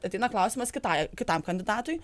ateina klausimas kitai kitam kandidatui